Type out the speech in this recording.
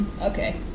okay